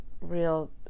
real